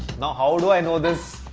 now, how do i know this?